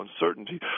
uncertainty